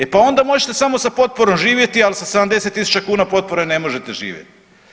E pa onda možete samo sa potporom živjeti, ali sa 70 000 kuna potpore ne možete živjeti.